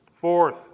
Fourth